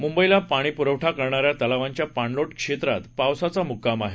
मुंबईला पाणी पुपुरवठा करणाऱ्या तलावांच्या पाणलोट क्षेत्रात पावसाचा मुक्काम आहे